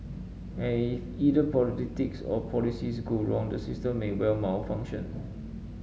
and if either politics or policies go wrong the system may well malfunction